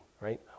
right